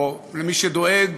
למי שדואג